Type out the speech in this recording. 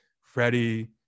Freddie